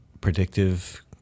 predictive